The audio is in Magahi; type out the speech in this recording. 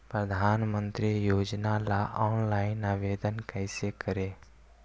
प्रधानमंत्री योजना ला ऑनलाइन आवेदन कैसे करे?